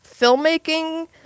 filmmaking